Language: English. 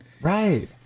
Right